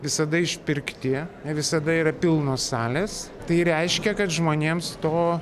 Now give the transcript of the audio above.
visada išpirkti ne visada yra pilnos salės tai reiškia kad žmonėms to